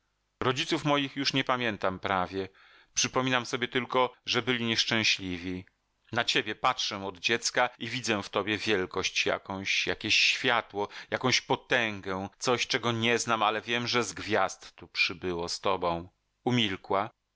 rodziców moich już nie pamiętam prawie przypominam sobie tylko że byli nieszczęśliwi na ciebie patrzę od dziecka i widzę w tobie wielkość jakąś jakieś światło jakąś potęgę coś czego nie znam ale wiem że z gwiazd tu przyszło z tobą umilkła